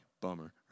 bummer